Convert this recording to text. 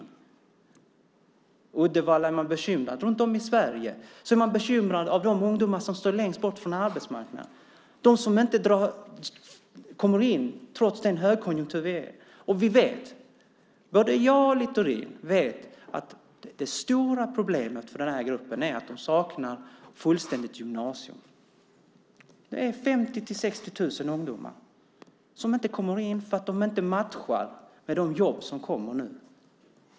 I Uddevalla är man bekymrad. Runt om i Sverige är man bekymrad över de ungdomar som står längst bort från arbetsmarknaden, de som inte kommer in trots den högkonjunktur som vi är i. Både Littorin och jag vet att det stora problemet för den här gruppen är att de saknar fullständigt gymnasium. Det är 50 000-60 000 ungdomar som inte kommer in därför att de inte matchar de jobb som kommer nu.